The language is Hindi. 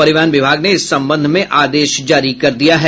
परिवहन विभाग ने इस संबंध में आदेश जारी कर दिया है